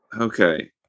Okay